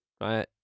right